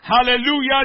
Hallelujah